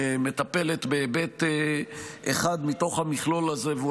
שמטפלת בהיבט אחד מתוך המכלול הזה והוא